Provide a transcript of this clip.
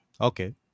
Okay